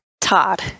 Todd